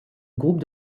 groupe